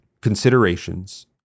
Considerations